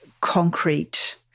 concrete